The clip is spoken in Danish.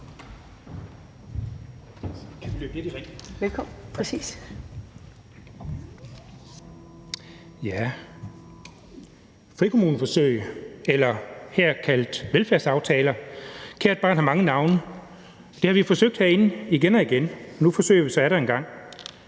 frikommuneforsøg, eller her kaldet velfærdsaftaler – kært barn har mange navne. Det har vi forsøgt herinde igen og igen, og nu forsøger vi så atter en gang.